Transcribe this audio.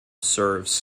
serves